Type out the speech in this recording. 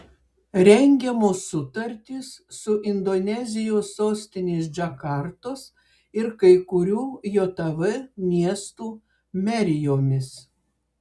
rengiamos sutartys su indonezijos sostinės džakartos ir kai kurių jav miestų merijomis